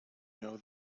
know